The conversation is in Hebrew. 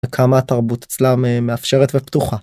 וכמה התרבות אצלם מאפשרת ופתוחה.